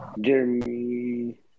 Jeremy